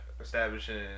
Establishing